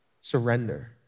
Surrender